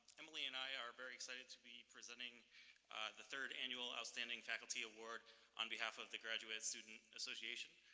emily and i are very excited to be presenting the third annual outstanding faculty award on behalf of the graduate student association,